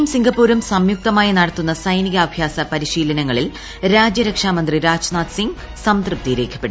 ഇന്ത്യയും സിംഗപ്പൂരും സംയുക്തമായി ന്ടുത്തുന്ന സൈനിക അഭ്യാസ പരിശീലനങ്ങളിൽ രാജ്യരക്ഷ്യാ മ്ന്ത്രി രാജ്നാഥ് സിങ് സംതൃപ്തി രേഖപ്പെടുത്തി